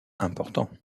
important